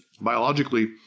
biologically